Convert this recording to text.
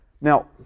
Now